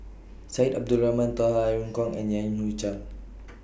Syed Abdulrahman Taha Irene Khong and Yan Hui Chang